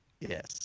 yes